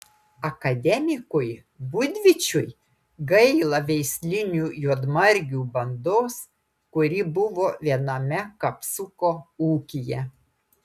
akademikui būdvyčiui gaila veislinių juodmargių bandos kuri buvo viename kapsuko ūkyje